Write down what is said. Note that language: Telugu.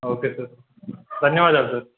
ఓకే సార్ ధన్యవాదాలు సార్